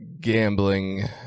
gambling